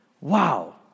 Wow